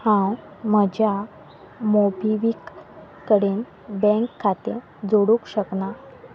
हांव म्हज्या मोबिवीक कडेन बँक खातें जोडूंक शकना